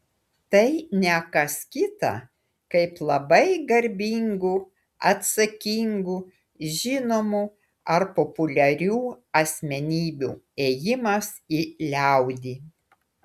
tai ne kas kita kaip labai garbingų atsakingų žinomų ar populiarių asmenybių ėjimas į liaudį